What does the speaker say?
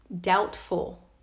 doubtful